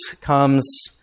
comes